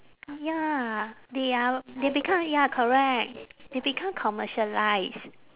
ya they are they become ya correct they become commercialised